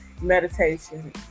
meditation